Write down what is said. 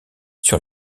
sur